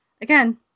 again